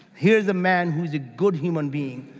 here's a man who's a good human being.